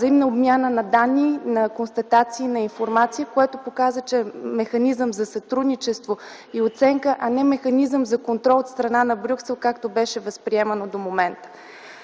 взаимна обмяна на данни, на констатации, на информация, което показа, че е механизъм за сътрудничество и оценка, а не механизъм за контрол от страна на Брюксел, както беше възприемано до момента.